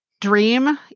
Dream